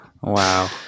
Wow